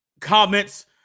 comments